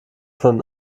von